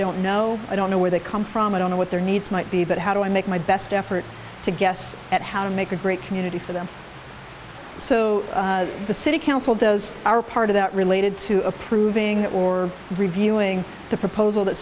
know i don't know where they come from i don't know what their needs might be but how do i make my best effort to guess at how to make a great community for them so the city council does are part of that related to approving or reviewing the proposal that